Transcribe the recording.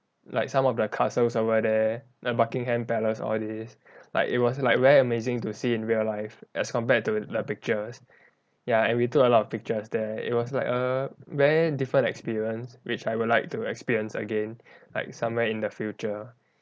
like some of the castles over there the buckingham palace all this like it was like very amazing to see in real life as compared to the pictures ya and we took a lot of pictures there it was like a very different experience which I would like to experience again like somewhere in the future